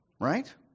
Right